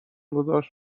گذاشت